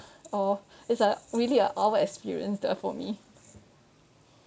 or it's like really uh our experience there for me